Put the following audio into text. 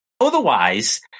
Otherwise